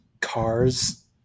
cars